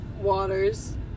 waters